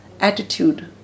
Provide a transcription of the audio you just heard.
attitude